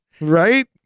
Right